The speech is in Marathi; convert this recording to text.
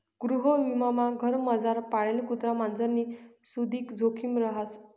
गृहविमामा घरमझार पाळेल कुत्रा मांजरनी सुदीक जोखिम रहास